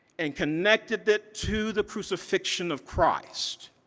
and connected it to the crucifixion of christ,